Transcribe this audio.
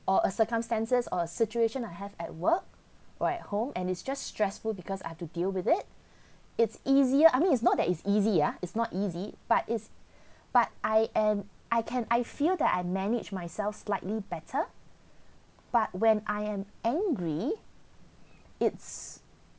or a circumstances or situation I have at work or at home and it's just stressful because I have to deal with it it's easier I mean it's not that it's easy ah it's not easy but it's but I am I can I feel that I manage myself slightly better but when I am angry it's